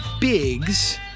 Biggs